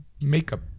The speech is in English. makeup